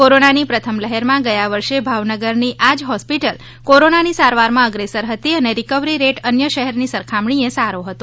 કોરોનાની પ્રથમ લહેરમાં ગયા વર્ષે ભાવનગરની આજ હોસ્પિટલ કોરોનાની સારવારમાં અગ્રેસર હતી અને રિકવરી રેટ અન્ય શહેરની સરખામણીએ સારો હતો